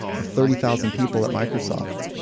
of thirty thousand people at microsoft.